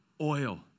oil